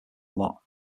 lot